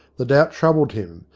the doubt troubled him,